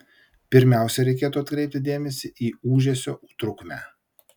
pirmiausia reikėtų atkreipti dėmesį į ūžesio trukmę